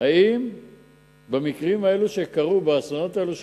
אם במקרים האלה שקרו, באסונות האלה שקרו,